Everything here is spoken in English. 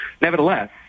Nevertheless